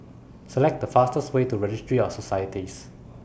Select The fastest Way to Registry of Societies